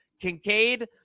Kincaid